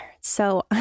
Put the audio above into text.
So-